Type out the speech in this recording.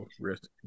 rest